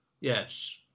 Yes